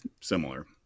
similar